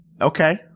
Okay